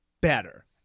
better